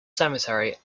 cemetery